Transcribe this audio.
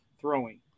throwing